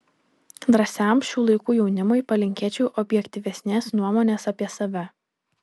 drąsiam šių laikų jaunimui palinkėčiau objektyvesnės nuomonės apie save